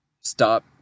stop